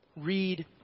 Read